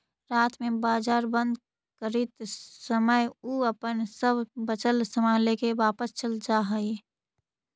रात में बाजार बंद करित समय उ अपन सब बचल सामान लेके वापस चल जा हइ